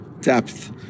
depth